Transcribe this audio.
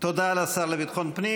תודה לשר לביטחון פנים.